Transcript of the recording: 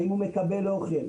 האם הוא מקבל אוכל,